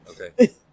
Okay